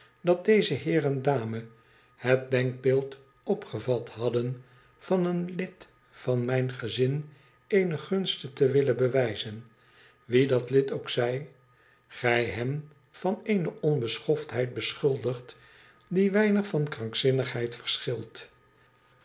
dat deze heer en dame het denkbeeld opgevat hadden van een lid van mijn gezin eene gunst te willen bewijzen wie dat lid ook zij gij hen van eene onbeschoftheid beschuldigt die weinig van krankzinnigheid verschilt